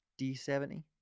D70